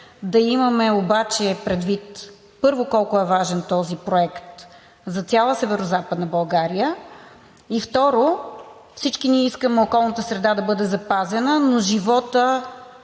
да имаме обаче предвид, първо, колко е важен този проект за цяла Северозападна България. Второ, всички ние искаме околната среда да бъде запазена, но животът